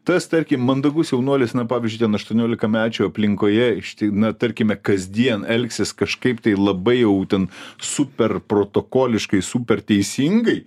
tas tarkim mandagus jaunuolis na pavyzdžiui ten aštuoniolikamečių aplinkoje išti na tarkime kasdien elgsis kažkaip tai labai jau ten super protokoliškai super teisingai